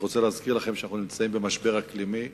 אני רוצה להזכיר לכם שאנחנו נמצאים במשבר אקלימי.